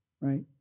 right